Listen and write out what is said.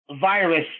virus